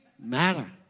Matter